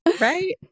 Right